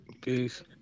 peace